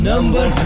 Number